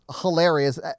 hilarious